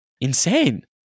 insane